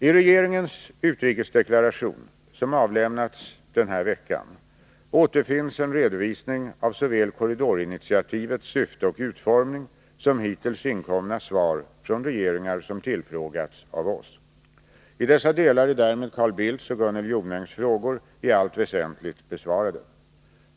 I regeringens utrikesdeklaration, som avlämnats denna vecka, återfinns en redovisning av såväl korridorinitiativets syfte och utformning som hittills inkomna svar från regeringar som tillfrågats av oss. I dessa delar är därmed Carl Bildts och Gunnel Jonängs frågor i allt väsentligt besvarade.